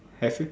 have you